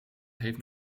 heeft